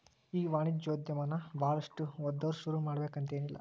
ಈ ವಾಣಿಜ್ಯೊದಮನ ಭಾಳಷ್ಟ್ ಓದ್ದವ್ರ ಶುರುಮಾಡ್ಬೆಕಂತೆನಿಲ್ಲಾ